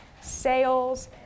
sales